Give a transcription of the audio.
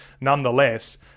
nonetheless